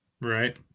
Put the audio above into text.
right